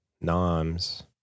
noms